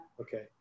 Okay